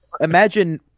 imagine